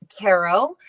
Tarot